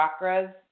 chakras